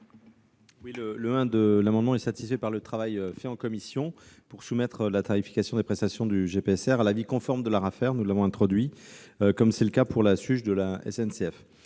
? Le I de l'amendement est satisfait par le travail fait en commission pour soumettre la tarification des prestations du GPSR à l'avis conforme de l'Arafer, comme c'est le cas pour la SUGE. Le II